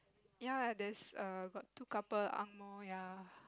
ya there's err got two couple angmoh ya